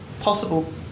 possible